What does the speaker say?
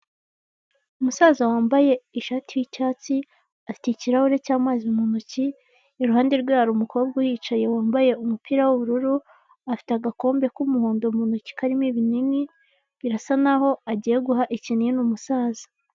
Umusaza wambaye ishati y'icyatsi afite ikirahure cy'amazi mu ntoki, iruhande rwe hari umukobwa uhicaye wambaye umupira w'ubururu, afite agakombe k'umuhondo mu ntoki karimo ibinini birasa naho agiye guha ikinini umusaza.